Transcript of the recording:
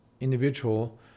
individual